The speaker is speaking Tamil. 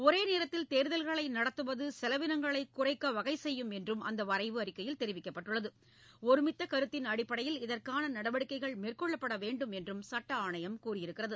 ஒரே நேரத்தில் தேர்தல்களை நடத்துவது செலவினங்களை குறை வகை செய்யும் என்று அந்த வரைவு அறிக்கையில் தெரிவிக்கப்பட்டுள்ளது ஒருமித்த கருத்தின் அடிப்படையில் இதற்கான நடவடிக்கைகள் மேற்கொள்ளப்பட வேண்டும் என்றும் சட்ட ஆணையம் கூறியுள்ளது